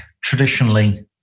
traditionally